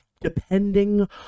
depending